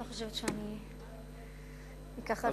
אני לא חושבת שייקח ארבע דקות.